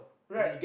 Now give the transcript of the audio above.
right